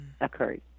occurred